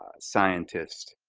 ah scientist